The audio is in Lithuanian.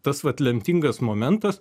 tas vat lemtingas momentas